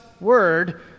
word